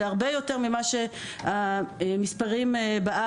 זה הרבה יותר מהמספרים בארץ,